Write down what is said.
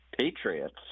patriots